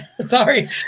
Sorry